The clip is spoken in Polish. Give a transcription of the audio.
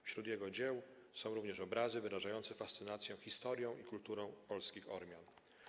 Wśród Jego dzieł są również obrazy wyrażające fascynację historią i kulturą polskich Ormian.